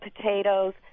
potatoes